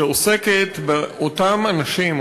שעוסקת באותם אנשים,